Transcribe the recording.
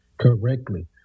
correctly